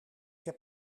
heb